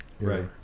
Right